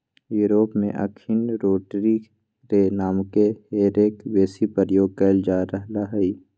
Europe में अखनि rotary रे नामके हे रेक बेशी प्रयोग कएल जा रहल हइ